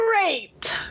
Great